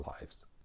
lives